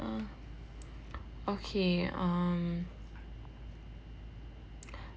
uh okay um